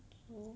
hmm